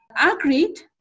agreed